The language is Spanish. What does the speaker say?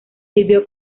sirvió